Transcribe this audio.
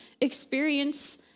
experience